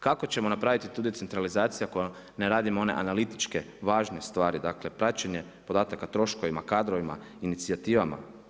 Kako ćemo napraviti tu decentralizaciju ako ne radimo one analitičke važne stvari, dakle praćenje podataka troškovima, kadrovima, inicijativama.